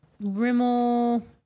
Rimmel